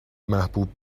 محبوب